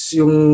yung